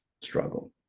struggle